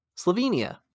Slovenia